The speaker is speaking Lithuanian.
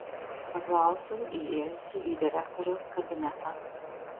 paklausiau įėjusi į direktoriaus kabinetą